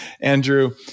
Andrew